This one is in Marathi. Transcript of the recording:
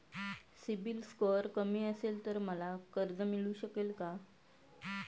सिबिल स्कोअर कमी असेल तर मला कर्ज मिळू शकेल का?